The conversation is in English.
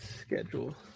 schedule